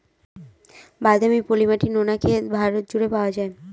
বাদামি, পলি মাটি, নোনা ক্ষেত ভারত জুড়ে পাওয়া যায়